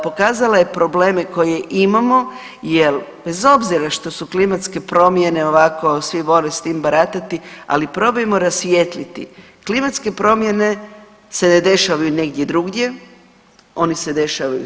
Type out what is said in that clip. Pokazala je probleme koje imamo jer bez obzira što su klimatske promjene ovako svi vole s tim baratati, ali probajmo rasvijetliti, klimatske promjene se ne dešavaju negdje drugdje, oni se dešavaju tu.